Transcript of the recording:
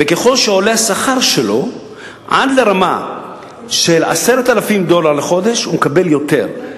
וככל שעולה השכר שלו עד לרמה של 10,000 דולר לחודש הוא מקבל יותר.